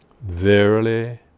Verily